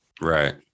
right